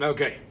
Okay